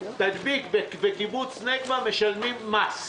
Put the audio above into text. תדביק וקיבוץ נגבה משלמים מס,